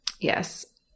Yes